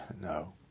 No